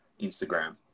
Instagram